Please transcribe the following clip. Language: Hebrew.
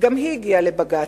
גם היא הגיעה לבג"ץ.